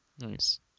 Nice